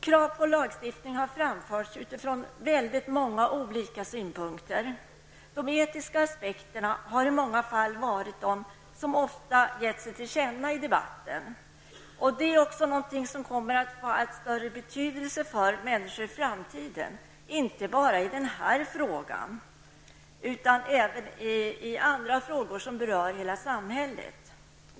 Krav på lagstiftning har framförts utifrån väldigt många olika synpunkter. De etiska aspekterna har i många fall varit de som oftast gett sig till känna i debatten. Detta är också något som kommer att få allt större betydelse för människor i framtiden, inte bara i denna fråga utan även i andra frågor som berör hela samhället.